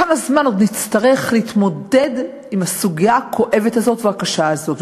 כמה זמן עוד נצטרך להתמודד עם הסוגיה הכואבת הזאת והקשה הזאת.